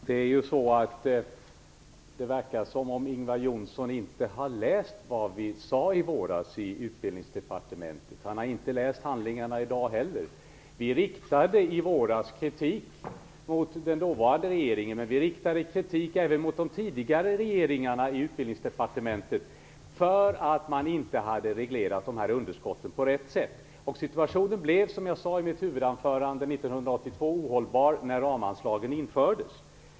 Herr talman! Det verkar som om Ingvar Johnsson inte har läst vad vi skrev i våras i utbildningsutskottet. Han har inte läst handlingarna i dag heller. Vi riktade i våras kritik mot den dåvarande regeringen, och vi riktade kritik även mot de tidigare regeringarna i Utbildningsdepartementet för att man inte hade reglerat underskotten på rätt sätt. Situationen blev som jag sade i mitt huvudanförande ohållbar 1992 när systemet med ramanslag infördes.